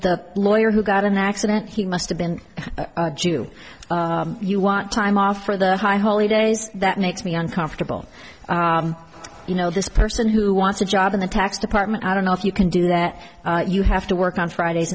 the lawyer who got an accident he must have been a jew you want time off for their high holy days that makes me uncomfortable you know this person who wants a job in the tax department i don't know if you can do that you have to work on fridays